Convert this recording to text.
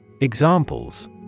Examples